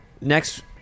Next